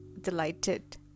delighted